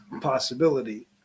possibility